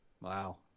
Wow